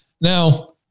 Now